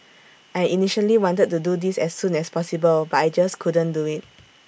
I initially wanted to do this as soon as possible but I just couldn't do IT